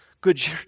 Good